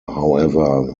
however